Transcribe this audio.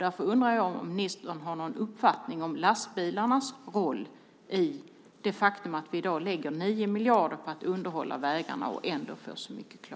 Därför undrar jag om ministern har någon uppfattning om lastbilarnas roll i att vi än i dag får så många klagomål fast vi lägger 9 miljarder på att underhålla vägarna.